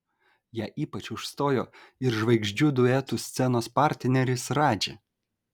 ją ypač užstojo ir žvaigždžių duetų scenos partneris radži